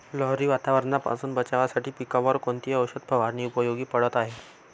लहरी वातावरणापासून बचावासाठी पिकांवर कोणती औषध फवारणी उपयोगी पडत आहे?